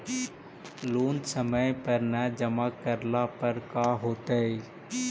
Loan समय पर न जमा करला पर का होतइ?